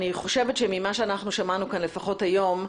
אני חושבת שממה שאנחנו שמענו כאן לפחות היום,